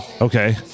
okay